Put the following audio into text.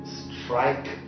strike